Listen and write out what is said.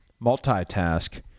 multitask